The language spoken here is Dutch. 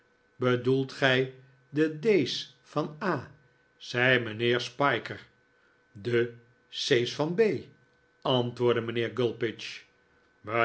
bedoelt gij de d's van a zei mijnheer spiker de c's van b antwoordde mijnheer